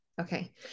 okay